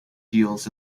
heels